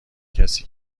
کسی